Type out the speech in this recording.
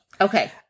Okay